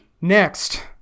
Next